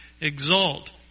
exult